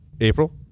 April